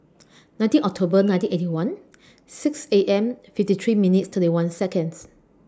nineteen October nineteen Eighty One six A M fifty three minutes thirty one Seconds